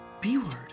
B-word